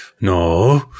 no